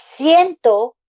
Siento